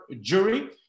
jury